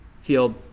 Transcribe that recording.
feel